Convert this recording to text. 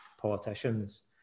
politicians